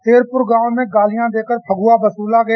शेरपुर गांव में गालियां देकर फगुआ वसूलीा गया